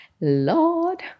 Lord